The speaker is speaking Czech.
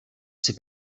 jsi